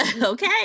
okay